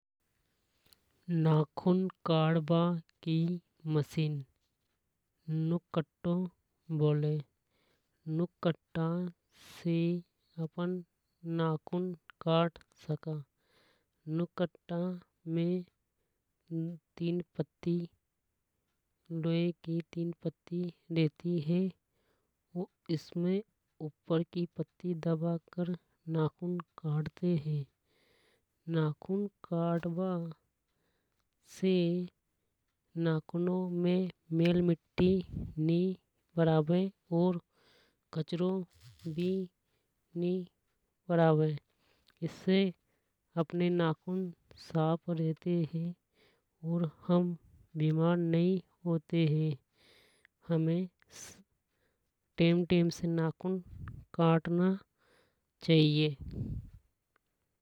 नाखून काटबा की मशीन नुककट्टों बोले। नुककट्टा से अपन नाखून काट सका। नुककट्टा में तीन पत्ती लोहे की तीन पत्ती रहती हे और इसमें ऊपर की पत्ती दबाकर नाखून काटते है। नाखून काटबा से नाखूनों में मेल मिट्टी नि भरावे और कचरों भी नि भरावे। इससे अपने नाखून साफ रहते है। और हम बीमार नहीं होते है। हमें टेम टेम से नाखून काटना चाहिए।